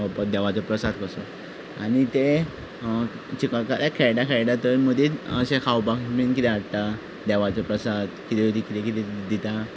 खावपाक देवाचो प्रसाद कसो आनी ते चिखल काल्याक खेळटा खेळटा थंय मदींच अशें खावपाक बी कितें हाडटा देवाचो प्रसाद कितें कितें दिता